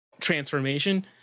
transformation